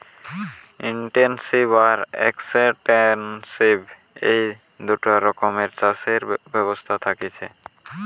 intensive আর extensive এই দুটা রকমের চাষের ব্যবস্থা থাকতিছে